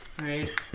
Right